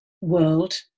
world